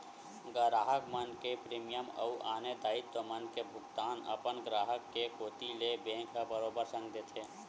गराहक मन के प्रीमियम अउ आने दायित्व मन के भुगतान अपन ग्राहक के कोती ले बेंक ह बरोबर संग देथे